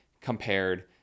compared